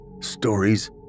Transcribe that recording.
Stories